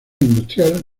industrial